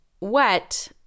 wet